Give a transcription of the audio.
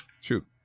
Shoot